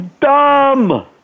dumb